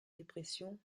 dépression